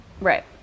Right